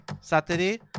saturday